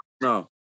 No